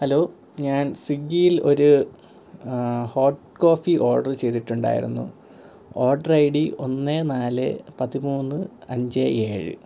hello ഞാൻ സ്വിഗ്ഗിയിൽ ഒരു ഹോട്ട് കോഫി ഓഡർ ചെയ്തിട്ടുണ്ടായിരുന്നു ഓഡർ ഐ ഡി ഒന്ന് നാല് പതിമൂന്ന് അഞ്ച് ഏഴ്